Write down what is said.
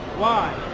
why